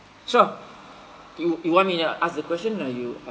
sure you you want me to ask the question or you